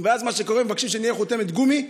ואז מבקשים שנהיה חותמת גומי.